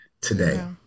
today